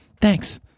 Thanks